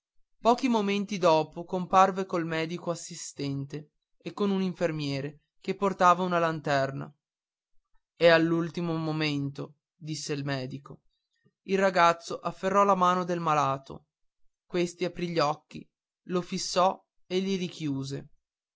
pochi momenti dopo ricomparve col medico assistente e con un infermiere che portava una lanterna è all'ultimo momento disse il medico il ragazzo afferrò la mano del malato questi aprì gli occhi lo fissò e li richiuse